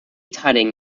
tutting